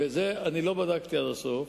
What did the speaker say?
ואת זה לא בדקתי עד הסוף,